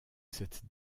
cette